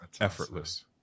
effortless